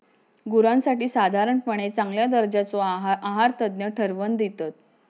गुरांसाठी साधारणपणे चांगल्या दर्जाचो आहार आहारतज्ञ ठरवन दितत